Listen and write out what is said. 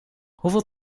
hoeveel